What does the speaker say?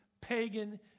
pagan